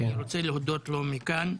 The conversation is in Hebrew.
אני רוצה להודות לו מכאן.